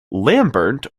lambert